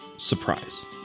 Surprise